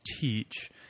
teach